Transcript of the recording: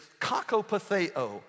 kakopatheo